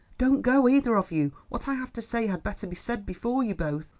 don't go, either of you what i have to say had better be said before you both.